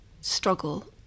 struggle